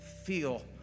feel